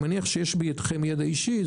אני מניח שיש בידיכם ידע אישי,